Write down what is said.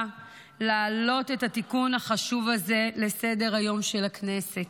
להעלות את התיקון החשוב הזה לסדר-היום של הכנסת.